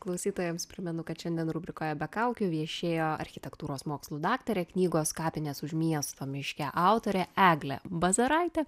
klausytojams primenu kad šiandien rubrikoje be kaukių viešėjo architektūros mokslų daktarė knygos kapinės už miesto miške autorė eglė bazaraitė